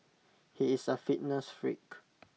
he is A fitness freak